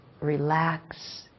relax